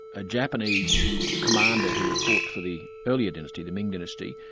a japanese commander who had fought for the earlier dynasty, the ming dynasty,